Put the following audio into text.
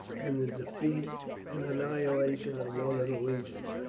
and the defeat and annihilation of one of the legions.